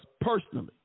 personally